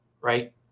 right